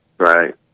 right